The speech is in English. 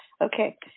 Okay